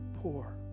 poor